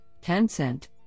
Tencent